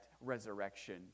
resurrection